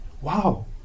wow